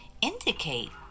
indicate